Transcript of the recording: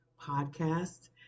podcast